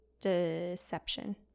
deception